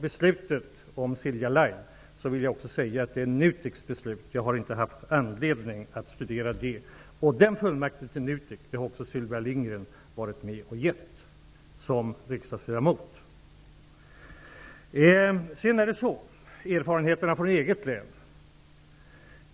Beslutet om Silja Lines flyttning är NUTEK:s. Jag har inte haft anledning att studera det. Fullmakten till NUTEK har också Silvia Lindgren som riksdagsledamot varit med att ge. Sedan till erfarenheterna från mitt eget län.